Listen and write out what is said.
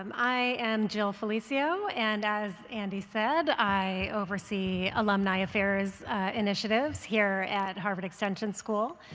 um i am jill felicio. and as andy said, i oversee alumni affairs initiatives here at harvard extension school.